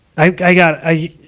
i, i got, i,